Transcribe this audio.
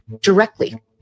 directly